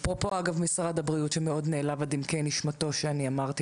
אפרופו משרד הבריאות שמאוד נעלב עד עמקי נשמתו שאמרתי